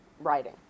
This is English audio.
writing